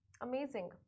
amazing